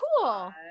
cool